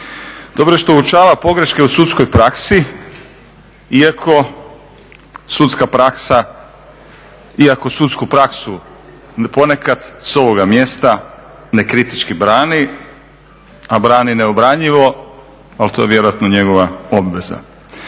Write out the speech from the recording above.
Dobro je što uočava pogreške u sudskoj praksi, iako sudsku praksu ponekad sa ovoga mjesta nekritički brani, a brani neobranjivo, ali to je vjerojatno njegova obveza.